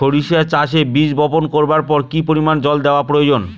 সরিষা চাষে বীজ বপন করবার পর কি পরিমাণ জল দেওয়া প্রয়োজন?